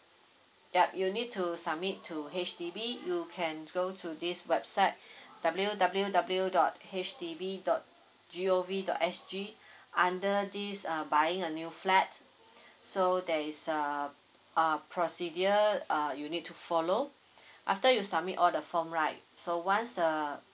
ya you need to submit to H_D_B you can go to this website W W W dot H D B dot G O V dot S_G under this uh buying a new flat so there is uh a procedure uh you need to follow after you submit all the form right so once the